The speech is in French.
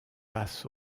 passent